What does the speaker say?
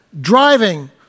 driving